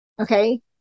Okay